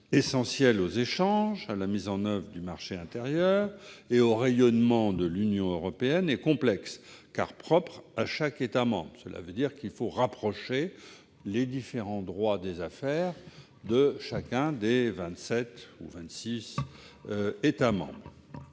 essentielle aux échanges, à la mise en oeuvre du marché intérieur et au rayonnement de l'Union européenne est complexe, car propre à chaque État membre. Cela veut dire qu'il faut rapprocher les différents droits des affaires de chacun des vingt-huit ou vingt-sept États membres.